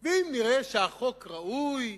ואם נראה שהחוק ראוי,